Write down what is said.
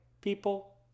people